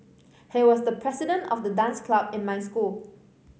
he was the president of the dance club in my school